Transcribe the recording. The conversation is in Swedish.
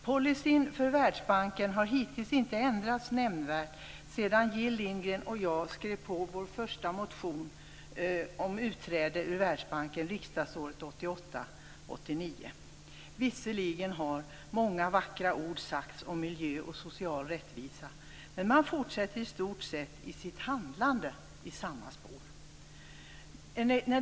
Policyn för Världsbanken har hittills inte ändrats nämnvärt sedan Jill Lindgren och jag väckte vår första motion om utträde ur Världsbanken riksmötet 1988/89. Visserligen har många vackra ord sagts om miljö och social rättvisa, men man fortsätter i stort sett i samma spår.